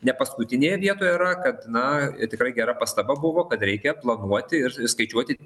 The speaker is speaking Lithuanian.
ne paskutinėje vietoje yra kad na ir tikrai gera pastaba buvo kad reikia planuoti ir ir skaičiuoti